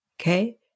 Okay